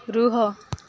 ରୁହ